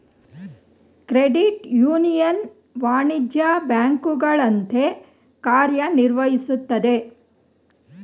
credit union ವಾಣಿಜ್ಯ ಬ್ಯಾಂಕುಗಳ ಅಂತೆ ಕಾರ್ಯ ನಿರ್ವಹಿಸುತ್ತದೆ